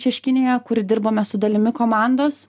šeškinėje kur dirbome su dalimi komandos